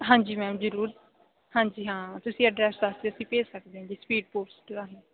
ਹਾਂਜੀ ਮੈਮ ਜ਼ਰੂਰ ਹਾਂਜੀ ਹਾਂ ਤੁਸੀਂ ਐਡਰੈੱਸ ਦੱਸ ਦਿਓ ਅਸੀਂ ਭੇਜ ਸਕਦੇ ਹਾਂ ਜੀ ਸਪੀਡ ਪੋਸਟ ਰਾਹੀਂ